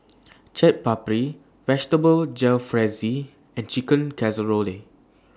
Chaat Papri Vegetable Jalfrezi and Chicken Casserole